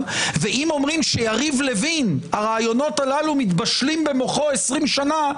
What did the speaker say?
ואם אומרים שיריב לוין הרעיונות הללו מתבשלים במוחו 20 שנה,